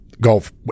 golf